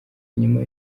nyuma